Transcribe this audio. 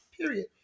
period